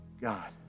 god